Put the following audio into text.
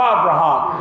Abraham